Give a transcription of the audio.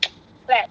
clap